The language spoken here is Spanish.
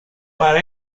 para